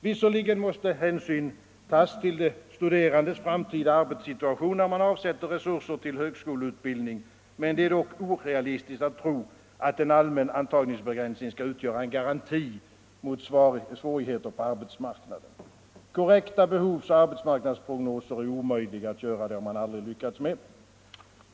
Visserligen måste hänsyn tas till de studerandes framtida arbetssituation när man avsätter resurser till högskoleutbildning, men det är orealistiskt att tro att en allmän antagningsbegränsning skall utgöra en garanti emot svårigheter på arbetsmarknaden. Korrekta behovsoch arbetsmarknadsprognoser är omöjliga att göra — det har man aldrig lyckats med.